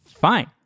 Fine